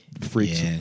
freaks